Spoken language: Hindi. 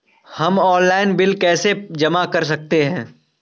हम ऑनलाइन बिल कैसे जमा कर सकते हैं?